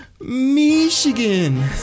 Michigan